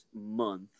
month